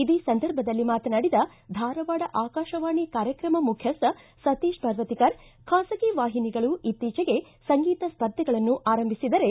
ಇದೇ ಸಂದರ್ಭದಲ್ಲಿ ಮಾತನಾಡಿದ ಧಾರವಾಡ ಆಕಾಶವಾಣಿ ಕಾರ್ಯಕ್ರಮ ಮುಖ್ಚಿಸ್ವ ಸತೀತ ಪರ್ವತೀಕರ್ ಖಾಸಗಿ ವಾಹಿನಿಗಳು ಇತ್ತೀಚೆಗೆ ಸಂಗೀತ ಸ್ಪರ್ಧೆಗಳನ್ನು ಆರಂಭಿಸಿದರೆ